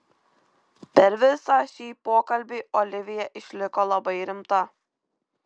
per visą šį pokalbį olivija išliko labai rimta